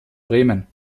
bremen